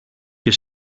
και